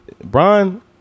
Brian